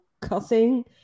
cussing